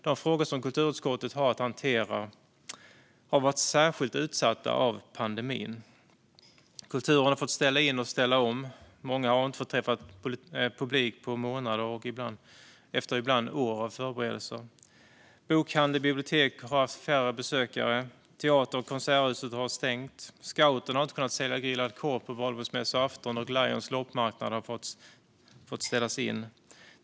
De frågor som kulturutskottet har att hantera har varit särskilt utsatta i pandemin. Kulturen har fått ställa in och ställa om, och många har inte fått träffa publik på månader - ibland efter år av förberedelser. Bokhandel, bibliotek har haft färre besökare. Teatrar och konserthus har stängt. Scouterna har inte kunnat sälja grillad korv på valborgsmässoafton, och Lions loppmarknad har fått ställas in.